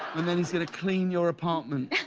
and then he's going to clean your apartment.